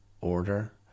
order